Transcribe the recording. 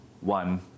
one